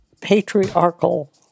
patriarchal